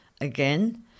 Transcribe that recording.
again